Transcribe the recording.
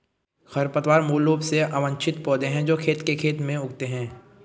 खरपतवार मूल रूप से अवांछित पौधे हैं जो खेत के खेत में उगते हैं